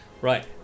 Right